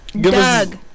Doug